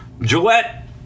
Gillette